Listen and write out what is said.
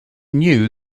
knew